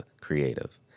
creative